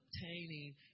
obtaining